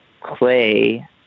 Clay